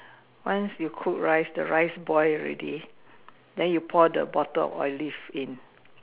once you cook rice the rice boil already then you pour the bottle of Olive in